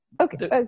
okay